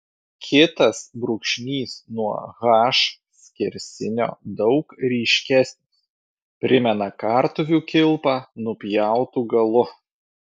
kitas brūkšnys nuo h skersinio daug ryškesnis primena kartuvių kilpą nupjautu galu